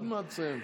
עוד מעט תסיים.